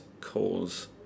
cause